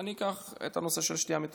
אני אקח את הנושא של המשקאות המתוקים.